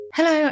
Hello